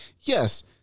Yes